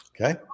Okay